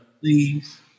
Please